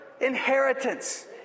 inheritance